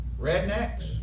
Rednecks